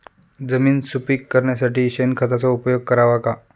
जमीन सुपीक करण्यासाठी शेणखताचा उपयोग करावा का?